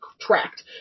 tracked